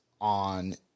on